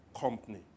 company